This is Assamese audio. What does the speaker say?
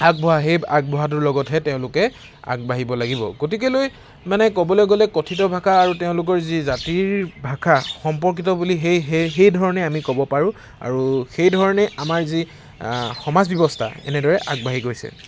আগবঢ়া সেই আগবঢ়াটোৰ লগতহে তেওঁলোকে আগবাঢ়িব লাগিব গতিকেলৈ মানে ক'বলৈ গ'লে কথিত ভাষাটো তেওঁলোকৰ যি জাতিৰ ভাষা সম্পৰ্কিত বুলি সেই সেই ধৰণে আমি ক'ব পাৰোঁ আৰু সেইধৰণেই আমাৰ যি সমাজ ব্যৱস্থা এনেদৰে আগবাঢ়ি গৈছে